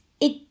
It